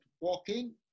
walking